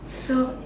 so